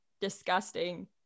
disgusting